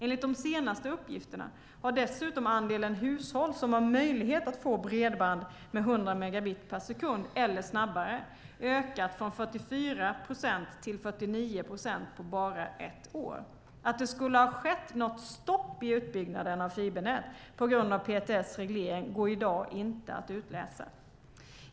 Enligt de senaste uppgifterna har dessutom andelen hushåll som har möjlighet att få bredband med 100 megabit per sekund eller snabbare ökat från 44 procent till 49 procent på bara ett år. Att det skulle ha skett något stopp i utbyggnaden av fibernät på grund av PTS reglering går i dag inte att utläsa.